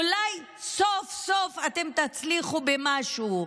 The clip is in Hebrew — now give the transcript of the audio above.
אולי סוף-סוף אתם תצליחו במשהו.